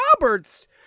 Roberts